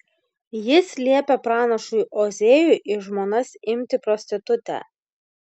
jis liepia pranašui ozėjui į žmonas imti prostitutę